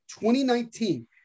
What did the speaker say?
2019